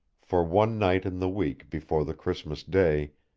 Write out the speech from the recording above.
for one night in the week before the christmas day,